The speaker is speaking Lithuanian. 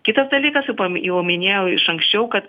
kitas dalykas jau pa jau minėjau iš anksčiau kad